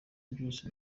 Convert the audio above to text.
byose